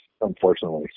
unfortunately